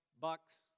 bucks